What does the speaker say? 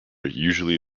usually